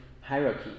hierarchy